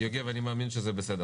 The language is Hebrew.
יוגב, אני מאמין שזה בסדר